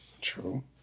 True